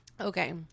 Okay